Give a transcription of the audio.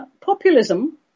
populism